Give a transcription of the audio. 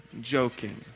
joking